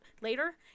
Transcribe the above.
later